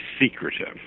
secretive